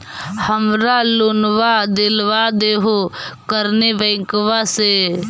हमरा लोनवा देलवा देहो करने बैंकवा से?